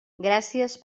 gràcies